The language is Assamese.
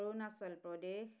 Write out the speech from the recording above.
অৰুণাচল প্ৰদেশ